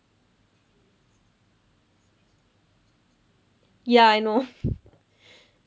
ya I know